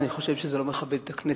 אני חושבת שזה לא מכבד את הכנסת,